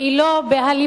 היא לא בהלימה